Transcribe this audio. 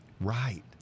Right